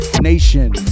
nation